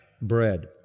bread